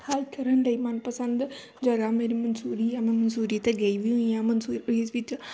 hike ਕਰਨ ਲਈ ਮਨਪਸੰਦ ਜਗ੍ਹਾ ਮੇਰੀ ਮਨਸੂਰੀ ਹੈ ਮੈਂ ਮਸੂਰੀ 'ਤੇ ਗਈ ਵੀ ਹੋਈ ਹਾਂ ਵਿੱਚ